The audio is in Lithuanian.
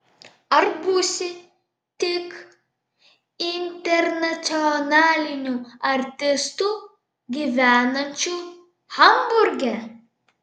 ar būsi tik internacionaliniu artistu gyvenančiu hamburge